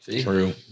True